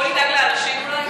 בוא נדאג לאנשים אולי.